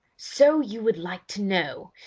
so you would like to know!